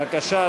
בבקשה,